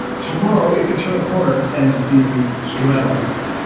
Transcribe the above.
tomorrow it could turn a corner and see stromatolites.